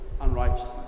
unrighteousness